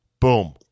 Boom